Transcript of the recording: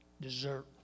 dessert